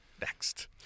next